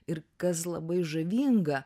ir kas labai žavinga